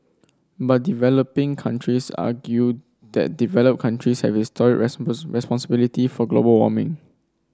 but developing countries argue that developed countries have historic responsibility for global warming